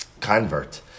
convert